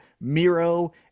Miro